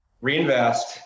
reinvest